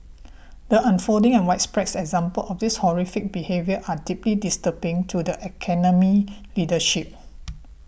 the unfolding and widespread examples of this horrific behaviour are deeply disturbing to the Academy's leadership